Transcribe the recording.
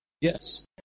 Yes